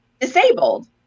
disabled